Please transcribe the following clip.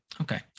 okay